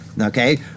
Okay